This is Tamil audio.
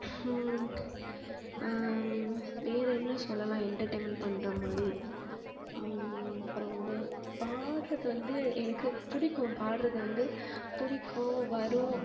வேறென்ன சொல்லலாம் எண்டெர்டைன்மெண்ட் பண்ணுற மாதிரி அப்புறம் வந்து பாடுறது வந்து எனக்கு பிடிக்கும் பாடுறது வந்து பிடிக்கும் வரும்